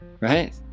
right